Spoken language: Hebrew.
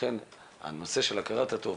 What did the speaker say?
ולכן הנושא של הכרת הטוב